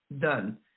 done